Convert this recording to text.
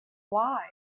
why